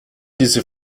diese